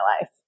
life